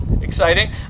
exciting